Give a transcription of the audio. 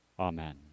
Amen